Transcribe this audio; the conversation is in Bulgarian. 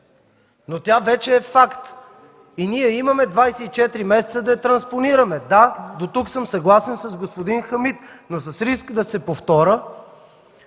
Но тя вече е факт. И ние имаме 24 месеца да я транспонираме. Дотук съм съгласен с господин Хамид, но с риск да се повторя,